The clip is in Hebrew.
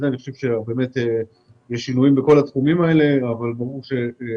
אני חושב שיש שינויים בכל התחומים האלה אבל תמיד